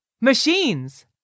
Machines